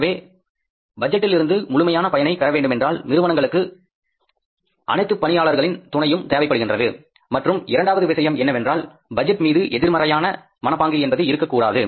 எனவே பட்ஜெட்டில் இருந்து முழுமையான பயனை பெற வேண்டுமென்றால் நிறுவனங்களுக்கு அனைத்து பணியாளர்களின் துணையும் தேவைப்படுகின்றது மற்றும் இரண்டாவது விஷயம் என்னவென்றால் பட்ஜெட் மீது எதிர்மறையான மனப்பாங்கு என்பது இருக்கக்கூடாது